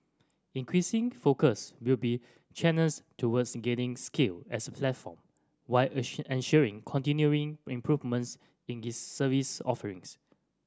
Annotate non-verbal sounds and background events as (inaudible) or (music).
increasing focus will be channels towards gaining scale as a platform while (unintelligible) ensuring continuing improvements in its service offerings